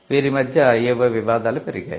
వీరి మధ్య ఏవో వివాదాలు పెరిగాయి